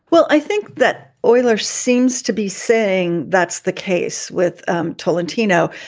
well, i think that euler's seems to be saying that's the case with tolentino,